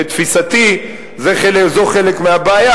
לתפיסתי, זה חלק מהבעיה.